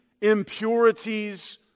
impurities